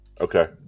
Okay